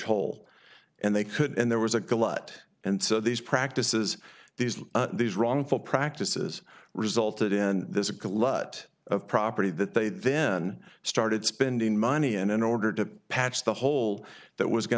hole and they could and there was a glut and so these practices these these wrongful practices resulted in this a good lot of property that they then started spending money and in order to patch the hole that was going